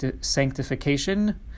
sanctification